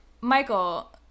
Michael